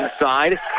inside